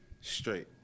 Straight